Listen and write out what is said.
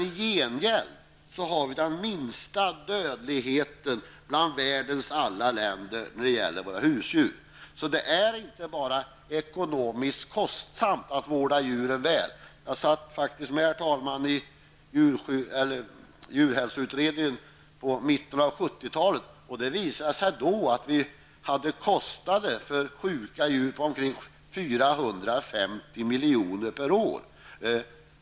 I gengäld har vi den minsta dödligheten bland världens alla länder när det gäller våra husdjur. Det är inte bara ekonomiskt kostsamt att vårda djuren väl. Jag satt faktiskt, herr talman, med i djurhälsoutredningen på mitten av 70-talet. Det visade sig då att vi hade kostnader för sjuka djur på omkring 450 milj.kr./år.